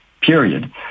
period